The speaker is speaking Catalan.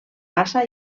bassa